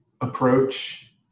approach